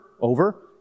over